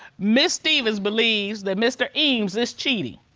miss stephens believes that mr. eames is cheating.